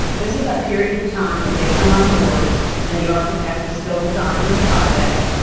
this is that period of time where they come on board and the architect is still designing the project,